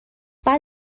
بعد